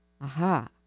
Aha